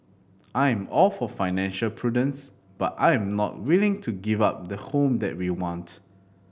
I am all for financial prudence but I am not willing to give up the home that we want